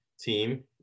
team